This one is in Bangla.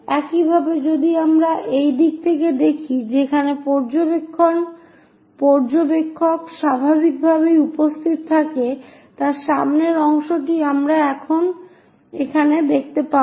একইভাবে যদি আমরা এই দিক থেকে দেখি যেখানে পর্যবেক্ষক স্বাভাবিকভাবেই উপস্থিত থাকে তার সামনের অংশটি আমরা এখানে দেখতে পাব